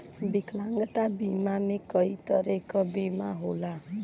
विकलांगता बीमा में कई तरे क बीमा होला